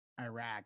Iraq